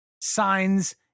signs